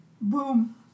Boom